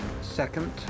Second